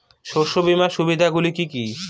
শস্য বীমার সুবিধা গুলি কি কি?